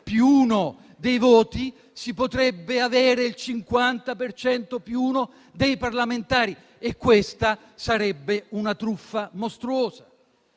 più uno dei voti si potrebbe avere il 50 per cento più uno dei parlamentari e questa sarebbe una truffa mostruosa.